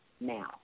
now